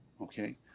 Okay